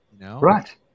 right